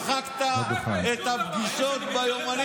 חוץ מלעשות סטנדאפ על הדוכן